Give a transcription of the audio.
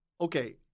okay